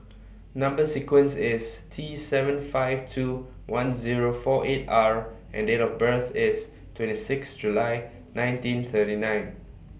Number sequence IS T seven five two one Zero four eight R and Date of birth IS twenty six July nineteen thirty nine